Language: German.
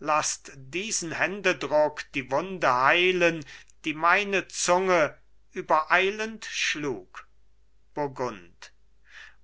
laßt diesen händedruck die wunde heilen die meine zunge übereilend schlug burgund